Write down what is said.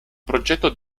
progetto